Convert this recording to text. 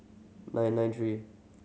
nine nine three